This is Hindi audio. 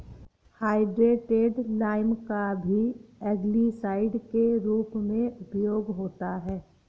हाइड्रेटेड लाइम का भी एल्गीसाइड के रूप में उपयोग होता है